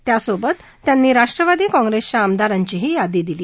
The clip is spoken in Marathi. त्यासोबत त्यांनी राष्ट्रवादी काँग्रेसच्या आमदारांची यादीही दिली